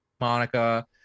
Monica